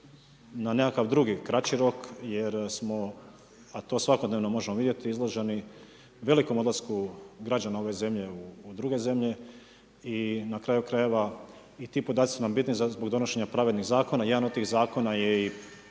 na nekakvi drugi kraći rok jer smo, a to svakodnevno možemo vidjeti izloženi velikom odlasku građana ove zemlje u druge zemlje, i na kraju krajeva i ti podaci su nam bitni zbog donošenja pravednih zakona, jedan od tih zakona je i